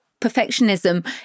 perfectionism